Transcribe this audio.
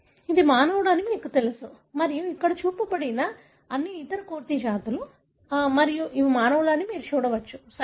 ఇది మానవుడు అని మీకు తెలుసు మరియు ఇక్కడ చూపబడిన అన్ని ఇతర కోతి జాతులు మరియు ఇవి మానవులేనని మీరు చూడవచ్చు సరేనా